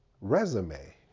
resume